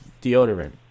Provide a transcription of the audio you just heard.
deodorant